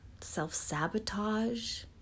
self-sabotage